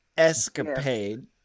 Escapade